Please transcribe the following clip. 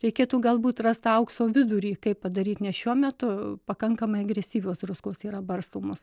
reikėtų galbūt rast tą aukso vidurį kaip padaryt nes šiuo metu pakankamai agresyvios druskos yra barstomos